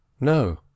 No